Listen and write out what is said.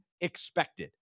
expected